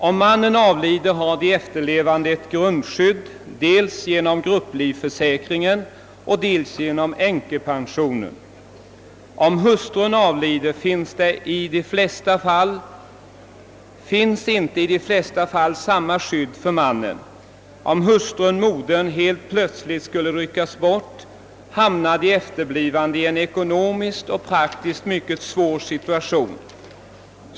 Om mannen avlider, har de efterlevande ett grundskydd dels genom grupplivförsäkringen och dels genom änkepensionen. Men om hustrun avlider, finns det i de flesta fall inte samma skydd för mannen. Om hustrunmodern helt plötsligt rycks bort, hamnar de efterlevande i en ekonomiskt och praktiskt mycket svår situation.